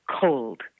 cold